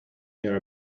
near